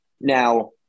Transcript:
Now